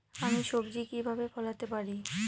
আমি সবজি কিভাবে ফলাতে পারি?